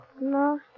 No